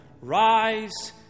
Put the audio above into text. rise